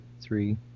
three